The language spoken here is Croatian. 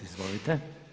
Izvolite.